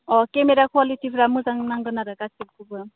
अ camera कुवालिटिफ्रा मोजां नांगोन आरो गासिखौबो